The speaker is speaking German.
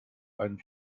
einen